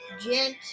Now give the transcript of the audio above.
Gent